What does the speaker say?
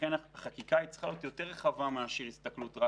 לכן החקיקה צריכה להיות יותר רחבה מאשר הסתכלות רק